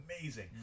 amazing